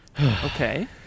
okay